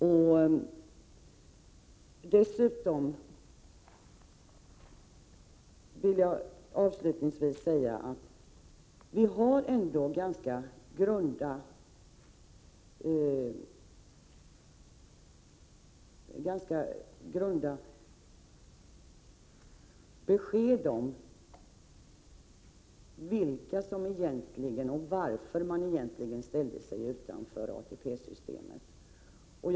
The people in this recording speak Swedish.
Jag vill också säga att våra kunskaper om vilka som ställde sig utanför ATP-systemet och varför de gjorde det är ganska ytliga.